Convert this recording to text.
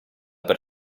per